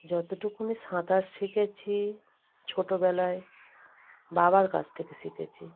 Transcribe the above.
যতটুকু সাঁতার শিখেছি ছোটবেলায় বাবার কাছ থেকে শিখেছি